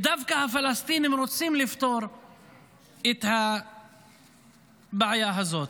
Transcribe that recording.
דווקא הפלסטינים רוצים לפתור את הבעיה הזאת.